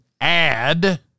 add